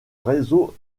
réseau